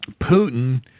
Putin